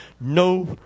no